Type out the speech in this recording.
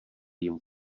jim